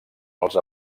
els